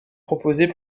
proposés